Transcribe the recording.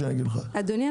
אדוני,